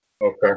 Okay